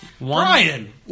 Brian